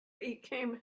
became